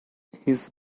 his